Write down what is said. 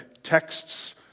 texts